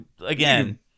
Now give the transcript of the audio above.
again